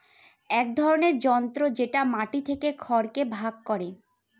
এক ধরনের যন্ত্র যেটা মাটি থেকে খড়কে ভাগ করে